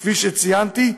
כפי שציינתי,